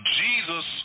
jesus